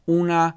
una